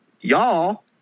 Y'all